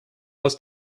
aus